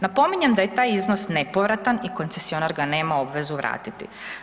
Napominjem da je taj iznos nepovratan i koncesionar ga nema obvezu vratiti.